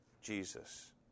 Jesus